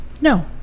No